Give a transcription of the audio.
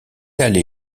allé